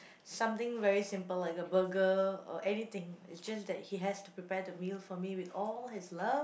something very simple like a burger or anything it's just that he has to prepare the meal for me with all his love